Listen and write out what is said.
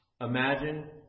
Imagine